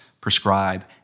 prescribe